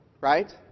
right